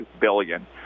billion